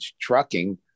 trucking